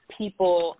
people